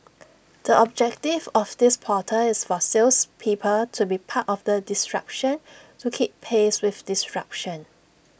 the objective of this portal is for salespeople to be part of the disruption to keep pace with disruption